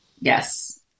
Yes